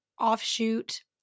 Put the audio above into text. offshoot